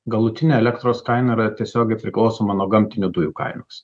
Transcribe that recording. galutinė elektros kaina yra tiesiogiai priklausoma nuo gamtinių dujų kainos